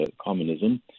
communism